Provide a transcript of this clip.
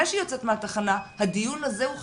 שהיא יוצאת מהתחנה הדיון הזה הוא חשוב,